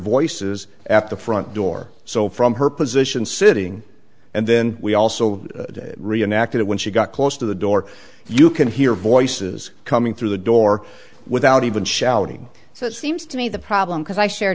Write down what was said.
voices at the front door so from her position sitting and then we also reenact it when she got close to the door you can hear voices coming through the door without even shouting so it seems to me the problem because i share